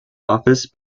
office